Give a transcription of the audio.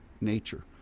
nature